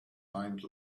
hind